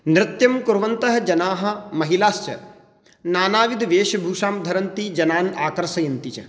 नृत्यं कुर्वन्तः जनाः महिलाश्च नानाविधवेशभूषां धरन्ति जनान् आकर्षयन्ति च